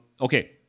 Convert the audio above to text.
Okay